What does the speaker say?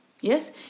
Yes